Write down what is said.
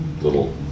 little